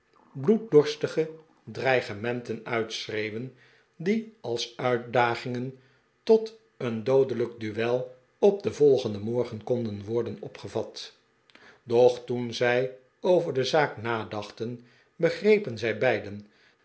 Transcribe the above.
bloeddorstige dreigementen uitschreeuwen die als uitdagingen tot een doodelijk duel op den volgenden morgen konden worden opgevat doch toen zij over de zaak nadachten begrepen zij beiden